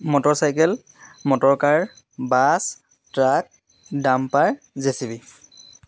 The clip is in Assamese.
motorcycle motor car bus truck dumper JCB